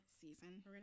season